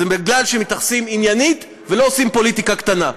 זה בגלל שהם מתייחסים עניינית ולא עושים פוליטיקה קטנה.